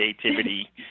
creativity